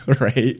right